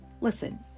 Listen